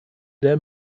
der